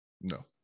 No